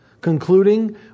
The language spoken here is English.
concluding